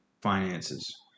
finances